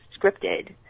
scripted